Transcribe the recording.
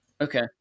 Okay